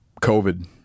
COVID